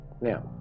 now